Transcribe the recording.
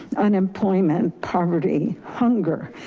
unemployment, poverty, hunger,